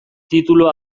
titulu